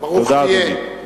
תודה, אדוני.